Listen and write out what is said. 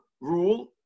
rule